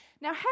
Now